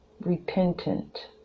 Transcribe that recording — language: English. repentant